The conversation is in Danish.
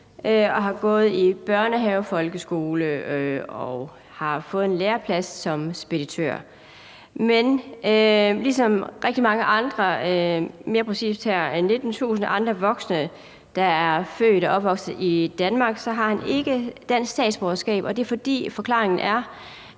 og har gået i børnehave og folkeskole og har fået en læreplads som speditør. Men ligesom rigtig mange andre – mere præcis her 19.000 andre voksne – der er født og vokset op i Danmark, har han ikke dansk statsborgerskab. Forklaringen er,